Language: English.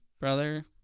brother